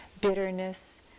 bitterness